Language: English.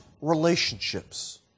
relationships